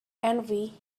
envy